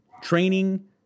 Training